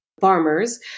farmers